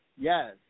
yes